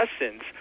essence